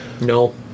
No